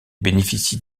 bénéficie